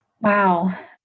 Wow